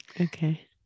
okay